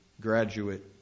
graduate